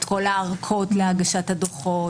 למשל כל ההארכות להגשת הדוחות